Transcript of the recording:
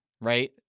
Right